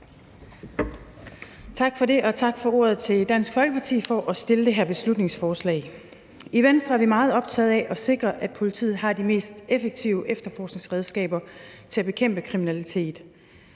Tak for det. Og tak til Dansk Folkeparti for at fremsætte det her beslutningsforslag. I Venstre er vi meget optaget af at sikre, at politiet har de mest effektive efterforskningsredskaber til at bekæmpe kriminalitet.